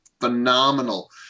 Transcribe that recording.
phenomenal